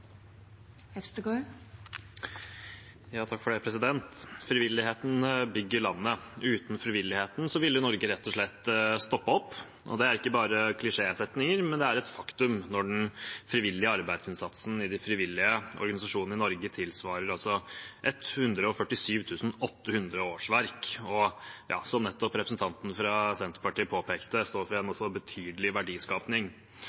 Frivilligheten bygger landet. Uten frivilligheten ville Norge rett og slett stoppet opp. Det er ikke bare klisjésetninger, men et faktum, når den frivillige arbeidsinnsatsen i de frivillige organisasjonene i Norge tilsvarer 147 800 årsverk og, som representanten fra Senterpartiet nettopp påpekte, står for